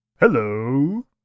Hello